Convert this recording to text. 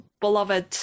beloved